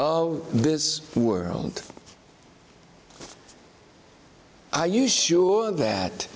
of this world are you sure that